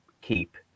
keep